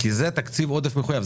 כי זה תקציב עודף מחויב.